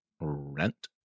rent